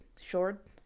short